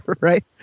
Right